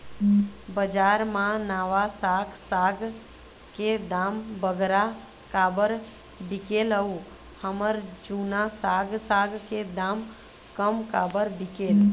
बजार मा नावा साग साग के दाम बगरा काबर बिकेल अऊ हमर जूना साग साग के दाम कम काबर बिकेल?